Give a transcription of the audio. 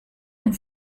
and